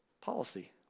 policy